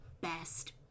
best